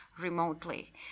remotely